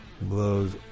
blows